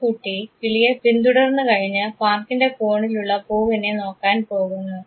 ഈ കുട്ടി കിളിയെ പിന്തുടർന്ന് കഴിഞ്ഞ് പാർക്കിൻറെ കോണിലുള്ള പൂവിനെ നോക്കാൻ പോകുന്നു